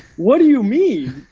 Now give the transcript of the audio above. what do you mean?